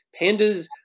pandas